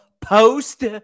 post